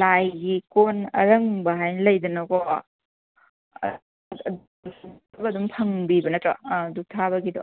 ꯂꯥꯏꯒꯤ ꯀꯣꯟ ꯑꯔꯪꯕ ꯍꯥꯏ ꯂꯩꯗꯅꯀꯣ ꯐꯪꯕꯤꯕ ꯅꯠꯇ꯭ꯔꯣ ꯙꯨꯞ ꯊꯥꯕꯒꯤꯗꯣ